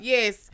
Yes